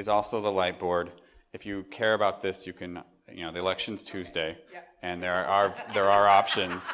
is also the light board if you care about this you can you know the elections tuesday and there are there are options